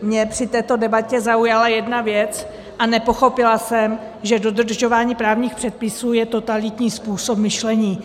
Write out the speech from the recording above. Mě při této debatě zaujala jedna věc, a nepochopila jsem, že dodržování právních předpisů je totalitní způsob myšlení.